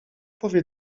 powie